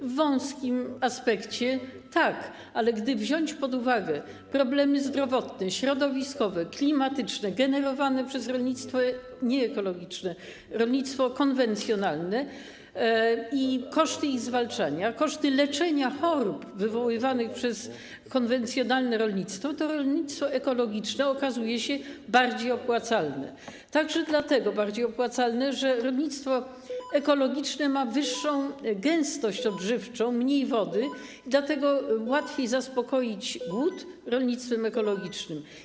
W wąskim aspekcie tak, ale jeżeli weźmiemy pod uwagę problemy zdrowotne, środowiskowe, klimatyczne, generowane przez rolnictwo nieekologiczne, rolnictwo konwencjonalne, i koszty ich zwalczania, koszty leczenia chorób wywoływanych przez konwencjonalne rolnictwo, to rolnictwo ekologiczne okazuje się bardziej opłacalne, także dlatego, że rolnictwo ekologiczne ma wyższą gęstość odżywczą, mniej wody, dlatego łatwiej zaspokoić głód rolnictwem ekologicznym.